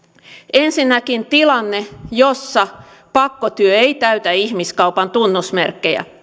ensinnäkin tilanne jossa pakkotyö ei täytä ihmiskaupan tunnusmerkkejä